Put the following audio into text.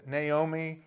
Naomi